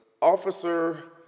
Officer